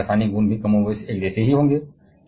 तो उनके रासायनिक गुण भी कमोबेश एक जैसे ही होंगे